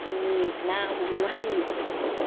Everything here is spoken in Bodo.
जोंनि ना हमनाय